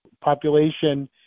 population